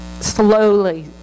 slowly